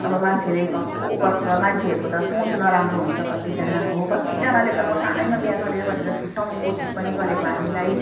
अब मान्छेले कस्तो गर्छ मान्छेहरूको त सोच नराम्रो हुन्छ कतिजनाको कतिजनाले त म सानैमा बिहा गऱ्यो भनेर छुट्याउने कोसिस पनि गरेको हामीलाई